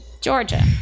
Georgia